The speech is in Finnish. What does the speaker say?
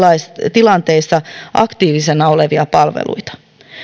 tilanteissa aktiivisena olevia palveluita